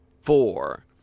four